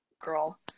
girl